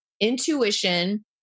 intuition